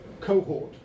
cohort